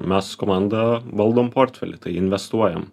mes su komanda valdom portfelį investuojam